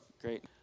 great